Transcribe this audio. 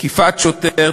תקיפת שוטר,